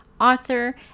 author